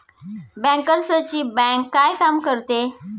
बँकर्सची बँक काय काम करते?